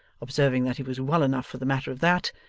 observing that he was well enough for the matter of that,